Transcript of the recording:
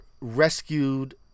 rescued